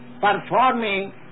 performing